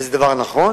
וזה דבר נכון,